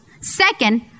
Second